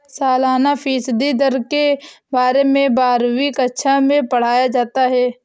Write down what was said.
सालाना फ़ीसदी दर के बारे में बारहवीं कक्षा मैं पढ़ाया जाता है